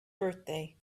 birthday